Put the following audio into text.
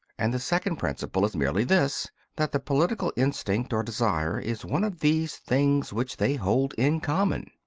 and the second principle is merely this that the political instinct or desire is one of these things which they hold in common.